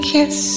Kiss